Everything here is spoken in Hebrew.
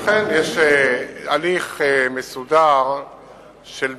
לכן יש הליך מסודר של בדיקה,